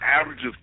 averages